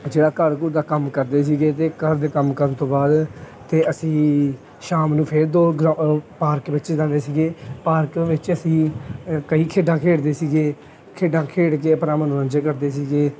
ਜਿਹੜਾ ਘਰ ਘੁਰ ਦਾ ਕੰਮ ਕਰਦੇ ਸੀਗੇ ਅਤੇ ਘਰ ਦੇ ਕੰਮ ਕਰਨ ਤੋਂ ਬਾਅਦ ਤਾਂ ਅਸੀਂ ਸ਼ਾਮ ਨੂੰ ਫਿਰ ਦੋ ਗਰਾ ਪਾਰਕ ਵਿੱਚ ਜਾਂਦੇ ਸੀਗੇ ਪਾਰਕ ਵਿੱਚ ਅਸੀਂ ਕਈ ਖੇਡਾਂ ਖੇਡਦੇ ਸੀਗੇ ਖੇਡਾਂ ਖੇਡ ਕੇ ਆਪਣਾ ਮਨੋਰੰਜਨ ਕਰਦੇ ਸੀਗੇ